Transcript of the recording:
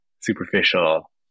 Superficial